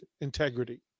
integrity